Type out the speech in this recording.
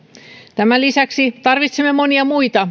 tämän lisäksi tarvitsemme monia muita